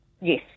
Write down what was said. Yes